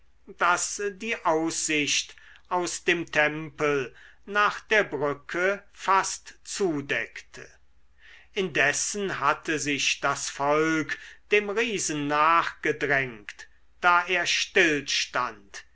das die aussicht aus dem tempel nach der brücke fast zudeckte indessen hatte sich das volk dem riesen nachgedrängt da er